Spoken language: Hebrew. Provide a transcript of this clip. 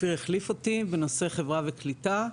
אופיר החליף אותי בנושא חברה וקליטה.